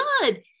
good